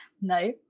No